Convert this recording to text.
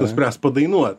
nuspręs padainuot